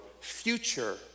future